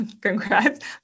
congrats